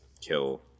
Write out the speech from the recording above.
kill